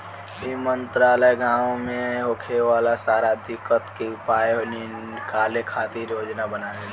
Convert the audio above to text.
ई मंत्रालय गाँव मे होखे वाला सारा दिक्कत के उपाय निकाले खातिर योजना बनावेला